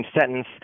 sentence